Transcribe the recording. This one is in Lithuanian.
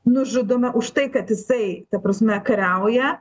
nužudoma už tai kad jisai ta prasme kariauja